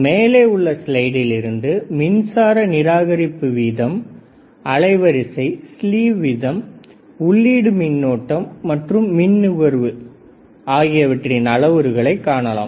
மேலே உள்ள ஸ்லைடில் இருந்து மின்சார நிராகரிப்பு வீதம் அலைவரிசை ஸ்லேவ் வீதம் உள்ளீடு மின்னோட்டம் மற்றும் மின் நுகர்வுஆகியவற்றின் அளவுருகளையும் காணலாம்